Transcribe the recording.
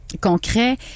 concret